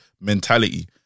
mentality